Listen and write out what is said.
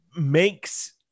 makes